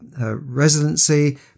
residency